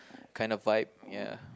kinda vibe ya